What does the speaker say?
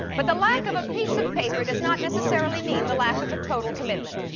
but the lack of a piece of paper does not necessarily mean the lack of a total commitment.